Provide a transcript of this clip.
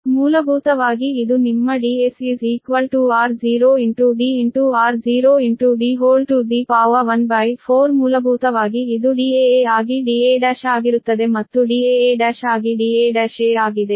ಆದ್ದರಿಂದ ಮೂಲಭೂತವಾಗಿ ಇದು ನಿಮ್ಮ Ds r0 d r0 d14 ಮೂಲಭೂತವಾಗಿ ಇದು daa ಆಗಿ da1 ಆಗಿರುತ್ತದೆ ಮತ್ತು daa1 ಆಗಿ da1a ಆಗಿದೆ